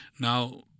Now